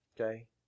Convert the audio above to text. okay